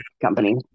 company